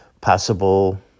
possible